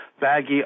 baggy